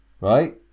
right